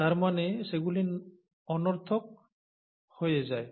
তার মানে সেগুলি অনর্থক হয়ে যায়